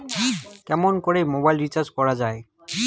কেমন করে mobile recharge করা য়ায়?